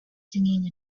singing